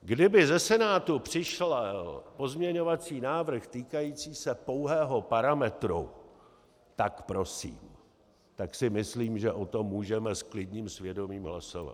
Kdyby ze Senátu přišel pozměňovací návrh týkající se pouhého parametru, tak prosím, tak si myslím, že o tom můžeme s klidným svědomím hlasovat.